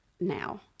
now